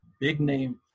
big-name